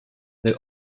the